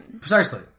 Precisely